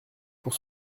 pour